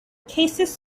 cases